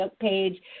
page